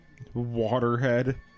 Waterhead